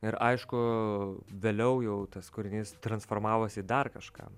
ir aišku vėliau jau tas kūrinys transformavosi į dar kažką